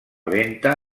lenta